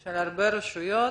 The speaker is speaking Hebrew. של הרבה רשויות